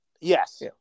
Yes